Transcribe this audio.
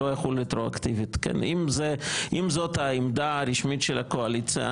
אם זאת העמדה הרשמית של הקואליציה,